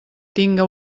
tinga